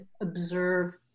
observe